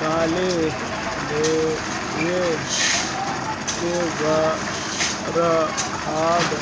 कली देवे के बेरा खाद